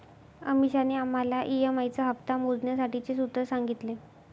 अमीषाने आम्हाला ई.एम.आई चा हप्ता मोजण्यासाठीचे सूत्र सांगितले